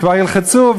כבר ילחצו,